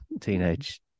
teenage